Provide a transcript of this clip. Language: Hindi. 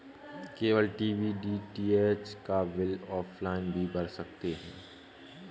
केबल टीवी डी.टी.एच का बिल ऑफलाइन भी भर सकते हैं